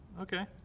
Okay